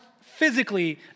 physically